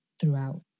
throughout